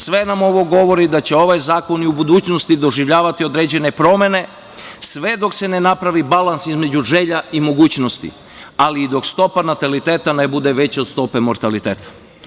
Sve nam ovo govori da će ovaj zakon i u budućnosti doživljavati određene promene, sve dok se ne napravi balans između želja i mogućnosti ali i dok stopa nataliteta ne bude veća od stope mortaliteta.